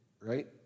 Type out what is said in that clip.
right